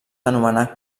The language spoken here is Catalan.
anomenar